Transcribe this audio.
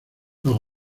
los